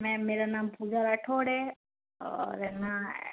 ma'am मेरा नाम पूजा राठौर है और हाँ